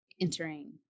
entering